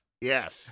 Yes